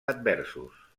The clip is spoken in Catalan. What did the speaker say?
adversos